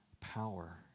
power